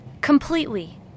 Completely